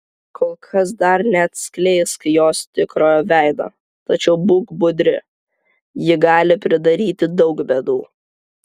kol kas dar neatskleisk jos tikrojo veido tačiau būk budri ji gali pridaryti daug bėdų